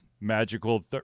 magical